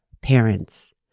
parents